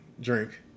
drink